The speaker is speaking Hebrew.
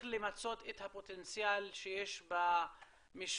איך למצות את הפוטנציאל שיש במשפט